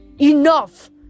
Enough